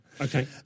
Okay